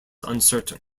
uncertain